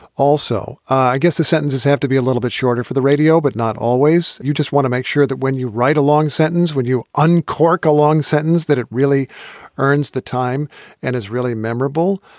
also, i guess the sentences have to be a little bit shorter for the radio, but not always. you just want to make sure that when you write a long sentence, when you uncork a long sentence, that it really earns the time and is really memorable.